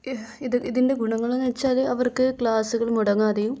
ഇത് ഇതിൻ്റെ ഗുണങ്ങളെന്ന് വെച്ചാൽ അവർക്ക് ക്ലാസുകൾ മുടങ്ങാതെയും